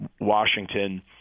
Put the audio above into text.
Washington